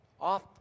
off